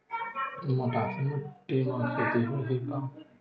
मटासी माटी म के खेती होही का?